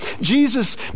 Jesus